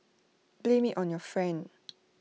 blame IT on your friend